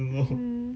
mm